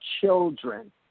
children